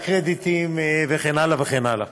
לקרדיטים וכן הלאה וכן הלאה.